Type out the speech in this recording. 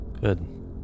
Good